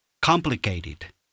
Complicated